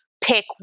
pick –